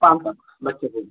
पाँच सौ बच्चों के लिए